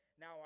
Now